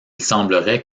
semblerait